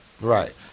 Right